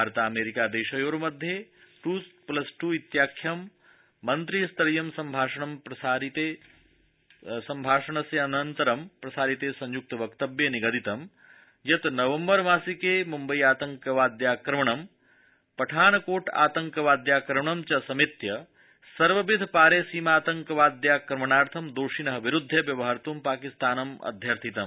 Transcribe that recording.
भारतामेरिका देशयोर्मध्ये two plus two त्वारख्यं मन्त्रिस्तरीय सम्भाषणानन्तरं प्रसारिते संयुक्तवक्तव्ये निगदित यत् नवम्बर मासिके मुम्बय्यात कवाधाक्रमणं पठानकोटातंकवाद्याक्रमणं च समेत्य सर्वविध पारेसीमातक वाद्याक्रमणार्थं दोषिणः विरुध्य व्यवहत्त् पाकिस्तानम् अध्यर्थितम्